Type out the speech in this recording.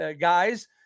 guys